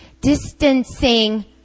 distancing